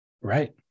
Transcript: Right